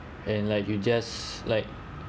and like you just like